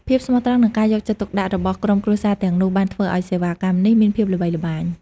ភាពស្មោះត្រង់និងការយកចិត្តទុកដាក់របស់ក្រុមគ្រួសារទាំងនោះបានធ្វើឱ្យសេវាកម្មនេះមានភាពល្បីល្បាញ។